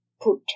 put